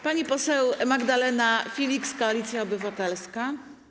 Pani poseł Magdalena Filiks, Koalicja Obywatelska.